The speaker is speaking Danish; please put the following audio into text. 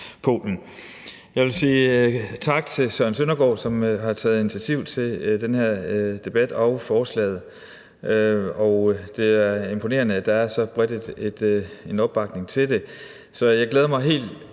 Jeg vil sige tak til hr. Søren Søndergaard, som har taget initiativ til den her debat og forslaget, og det er imponerende, at der er så bred en opbakning til det.